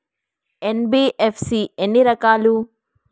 NBFC ఎన్ని రకాలు?